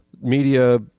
media